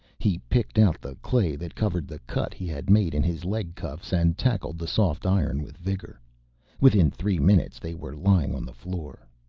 he picked out the clay that covered the cut he had made in his leg-cuffs and tackled the soft iron with vigor within three minutes they were lying on the floor.